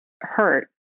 hurt